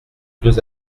deux